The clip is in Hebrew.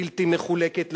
בלתי מחולקת,